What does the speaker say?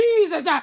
Jesus